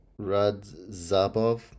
Radzabov